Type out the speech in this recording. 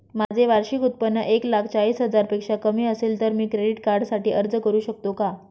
माझे वार्षिक उत्त्पन्न एक लाख चाळीस हजार पेक्षा कमी असेल तर मी क्रेडिट कार्डसाठी अर्ज करु शकतो का?